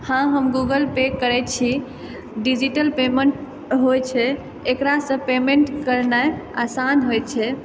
हँ हम Google Pay करै छी डिजिटल पेमेंट होइ छै एकरासँ पेमेंट करनाइ आसान होइत छै